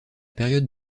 période